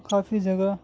کافی جگہ